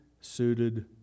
suited